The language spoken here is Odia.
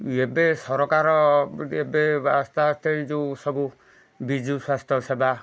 ଏବେ ସରକାର ଏବେ ଆସ୍ତେ ଆସ୍ତେ ଯେଉଁ ସବୁ ବିଜୁ ସ୍ୱାସ୍ଥ୍ୟ ସେବା